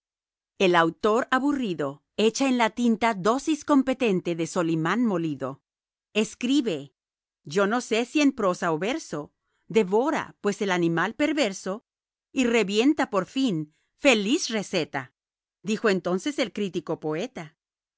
el autor aburrido echa en la tinta dósis competente de solimán molido escribe yo no sé si en prosa o verso devora pues el animal perverso y revienta por fin feliz receta dijo entonces el crítico poeta